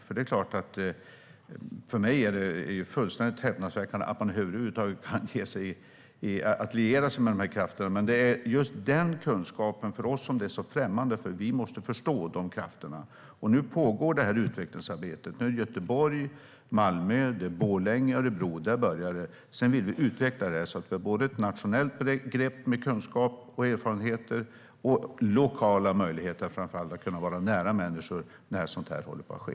För mig är det häpnadsväckande att man alls kan liera sig med dessa krafter, men för oss är kunskapen viktig. Vi måste förstå krafterna. Nu pågår detta utvecklingsarbete. Det börjar i Göteborg, Malmö, Borlänge och Örebro. Sedan vill vi utveckla det, så att vi får både ett brett nationellt grepp med erfarenheter och kunskaper och lokala möjligheter att vara nära människor när sådant här håller på att ske.